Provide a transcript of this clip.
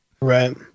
Right